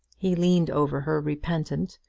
he leaned over her repentant,